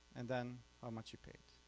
and then how much she paid.